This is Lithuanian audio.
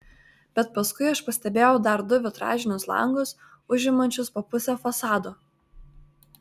bet paskui aš pastebėjau dar du vitražinius langus užimančius po pusę fasado